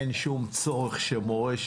אין שום צורך שמורה,